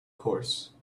course